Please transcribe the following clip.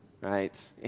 right